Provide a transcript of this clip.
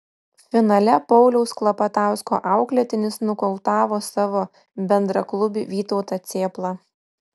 finale pauliaus klapatausko auklėtinis nokautavo savo bendraklubį vytautą cėplą